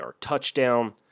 touchdown